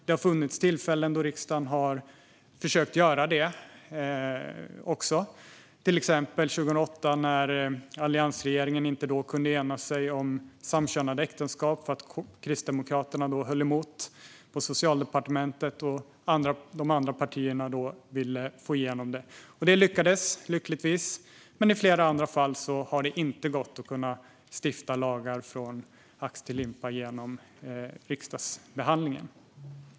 Det har funnits tillfällen då riksdagen har försökt göra det, till exempel 2008 när alliansregeringen inte kunde enas i frågan om samkönade äktenskap eftersom Kristdemokraterna höll emot på Socialdepartementet. Men de andra partierna ville få igenom förslaget. Det lyckades, lyckligtvis. Men i flera andra fall har det inte gått att stifta lagar från ax till limpa genom riksdagsbehandlingen.